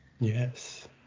Yes